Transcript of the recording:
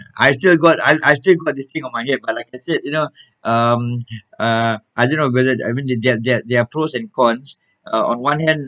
I still got I I still got this thing on my head but like I said you know um uh I don't know whether I mean there there there're pros and cons are uh on one hand